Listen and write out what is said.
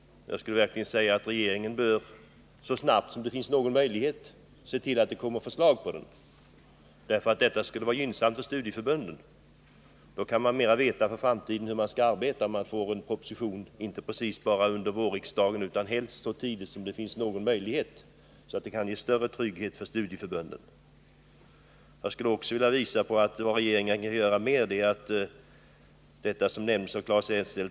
Jag skulle verkligen vilja uppmana regeringen att så snabbt som det finns någon möjlighet se till att det kommer en proposition i anledning av det förslaget. Det skulle vara gynnsamt för studieförbunden, som då lättare skulle kunna veta hur de skall arbeta för framtiden. Om det kommer en proposition, inte bara under våren 1981, utan helst så tidigt som möjligt, får studieförbunden större trygghet. Jag skulle också vilja visa på att regeringén hinner göra mer — detta nämndes också av Claes Elmstedt.